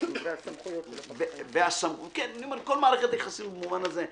כל מערכת יחסים במובן הזה,